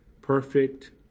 perfect